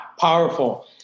Powerful